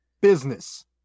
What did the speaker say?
business